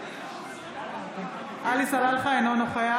אינו נוכח